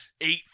eight